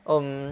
um